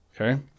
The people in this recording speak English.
Okay